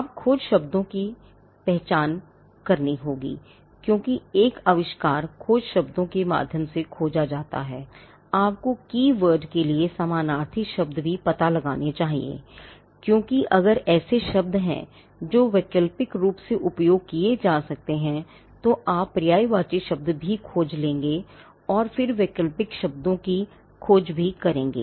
आपको खोजशब्दों के लिए समानार्थी शब्द भी पता लगाने चाहिए क्योंकि अगर ऐसे शब्द हैं जो वैकल्पिक रूप से उपयोग किए जा सकते हैं तो आप पर्यायवाची शब्द भी खोज लेंगे और फिर वैकल्पिक शब्दों की खोज भी करेंगे